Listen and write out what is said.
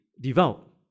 devout